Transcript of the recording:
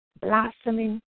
blossoming